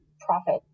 profit